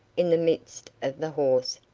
in the midst of the hoarse,